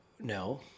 No